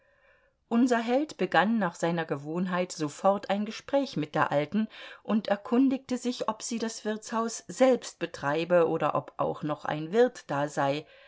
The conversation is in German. unser held begann nach seiner gewohnheit sofort ein gespräch mit der alten und erkundigte sich ob sie das wirtshaus selbst betreibe oder ob auch noch ein wirt da sei